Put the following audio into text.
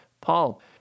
Paul